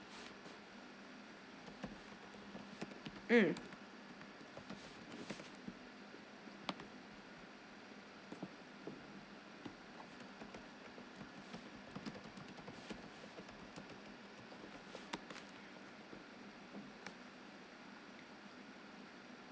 mm